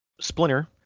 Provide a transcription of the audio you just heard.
Splinter